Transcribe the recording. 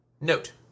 note